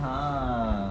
!huh!